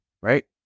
right